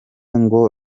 ngo